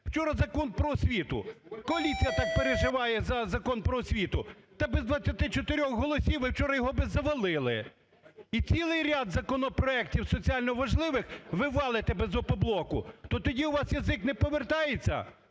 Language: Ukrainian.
Вчора Закон про освіту, коаліція так переживає за Закон про освіту, та без 24 голосів і вчора його би завалили. І цілий ряд законопроектів соціально важливих ви валите без "Опоблоку", то тоді у вас язик не повертається?